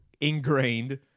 ingrained